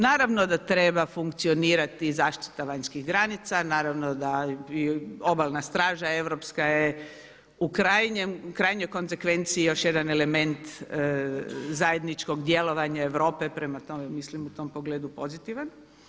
Naravno da treba funkcionirati zaštita vanjskih granica, naravno da i Obalna straža europska je u krajnjoj konzekvenci još jedan element zajedničkog djelovanja Europe prema tome mislim u tom pogledu pozitivan.